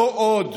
לא עוד.